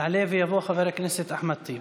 יעלה ויבוא חבר הכנסת אחמד טיבי.